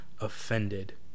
offended